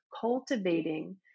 cultivating